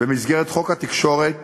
במסגרת חוק התקשורת